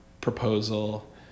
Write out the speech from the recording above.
proposal